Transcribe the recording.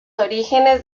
orígenes